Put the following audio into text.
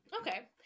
Okay